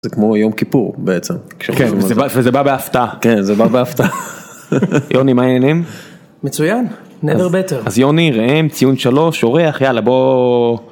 זה כמו יום כיפור בעצם כשכן וזה בא בהפתעה כן זה בא בהפתעה יוני מה העניינים מצוין נבר בטר אז יוני ראם ציון 3 אורח יאללה בוא.